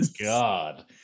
God